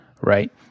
right